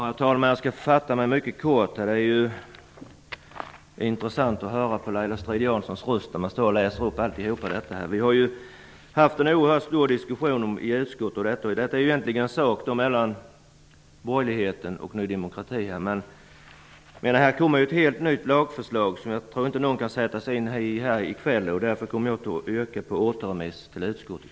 Herr talman! Jag skall fatta mig mycket kort. Det är ju så intressant att att lyssna till Laila Strid-Janssons röst när hon står och läser upp allt detta. Vi har haft en oerhört stor diskussion i utskottet i frågan, och detta är egentligen en sak mellan borgerligheten och Ny demokrati. Men här kommer alltså ett helt nytt lagförslag, som jag inte tror att någon kommer att hinna sätta sig in i i kväll. Därför kommer jag att yrka på återremiss till utskottet.